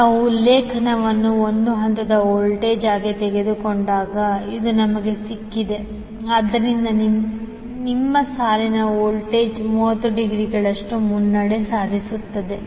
ನಾವು ಉಲ್ಲೇಖವನ್ನು ಒಂದು ಹಂತದ ವೋಲ್ಟೇಜ್ ಆಗಿ ತೆಗೆದುಕೊಂಡಾಗ ಇದು ನಮಗೆ ಸಿಕ್ಕಿದೆ ಆದ್ದರಿಂದ ನಿಮ್ಮ ಸಾಲಿನ ವೋಲ್ಟೇಜ್ 30 ಡಿಗ್ರಿಗಳಷ್ಟು ಮುನ್ನಡೆ ಸಾಧಿಸುತ್ತದೆ